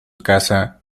casa